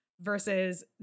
Versus